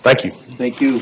thank you thank you